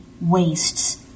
wastes